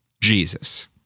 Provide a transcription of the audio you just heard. Jesus